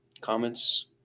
comments